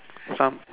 some